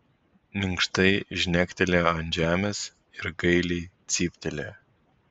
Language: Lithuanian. minkštai žnektelėjo ant žemės ir gailiai cyptelėjo